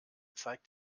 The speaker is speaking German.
zeigt